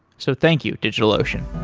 so thank you, digitalocean